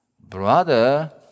Brother